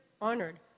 honored